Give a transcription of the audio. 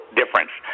difference